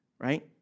right